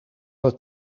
het